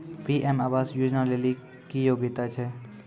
PM आवास योजना लेली की योग्यता छै?